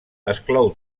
exclou